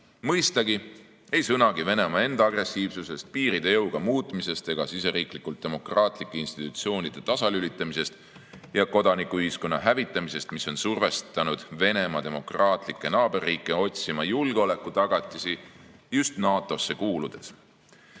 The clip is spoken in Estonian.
Mõistagi ei sõnagi Venemaa enda agressiivsusest, piiride jõuga muutmisest ega siseriiklikult demokraatlike institutsioonide tasalülitamisest ja kodanikuühiskonna hävitamisest, mis on survestanud Venemaa demokraatlikke naaberriike otsima julgeolekutagatisi just NATO-sse kuuludes. Need,